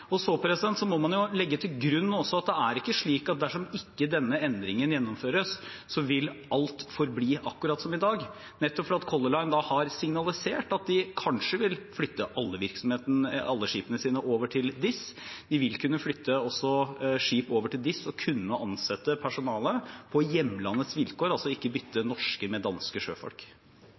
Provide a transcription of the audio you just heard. må også legge til grunn at det ikke er slik at dersom denne endringen ikke gjennomføres, så vil alt forbli akkurat som i dag – nettopp fordi Color Line har signalisert at de kanskje vil flytte alle skipene sine over til DIS. De vil også kunne flytte skip over til DIS og ansette personale på hjemlandets vilkår, altså ikke bytte norske sjøfolk med danske.